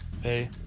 Hey